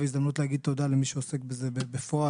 והזדמנות להגיד תודה למי שעוסק בזה בפועל,